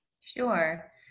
Sure